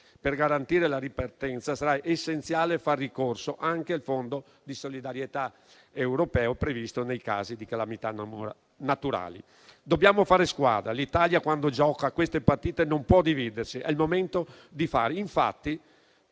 Per garantire la ripartenza, sarà essenziale far ricorso anche al fondo di solidarietà europeo previsto nei casi di calamità naturali. Dobbiamo fare squadra. L'Italia, quando gioca queste partite, non può dividersi: è il momento di fare.